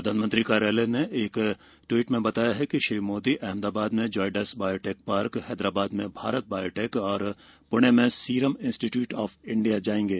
प्रधानमंत्री कार्यालय ने एक ट्वीट में बताया कि श्री मोदी अहमदाबाद में जायडस बायोटेक पार्क हैदराबाद में भारत बायोटेक और प्णे में सीरम इंस्टीट्यूट ऑफ इंडिया जाएंगे